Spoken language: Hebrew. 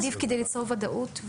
עדיף כדי ליצור ודאות.